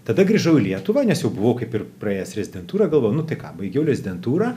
tada grįžau į lietuvą nes jau buvau kaip ir praėjęs rezidentūrą galvoju nu tik ką baigiau rezidentūrą